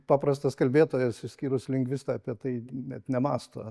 paprastas kalbėtojas išskyrus lingvistą apie tai net nemąsto